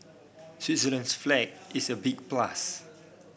Switzerland's flag is a big plus